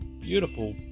beautiful